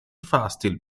fahrstil